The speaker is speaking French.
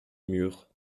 mur